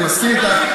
אני מסכים איתך.